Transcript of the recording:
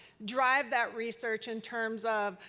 drive that research in terms of